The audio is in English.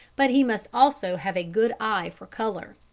but he must also have a good eye for colour.